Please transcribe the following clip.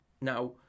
Now